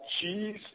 cheese